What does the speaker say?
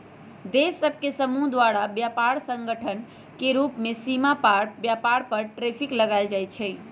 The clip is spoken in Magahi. देश सभ के समूह द्वारा व्यापार संगठन के रूप में सीमा पार व्यापार पर टैरिफ लगायल जाइ छइ